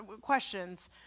questions